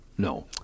No